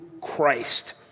Christ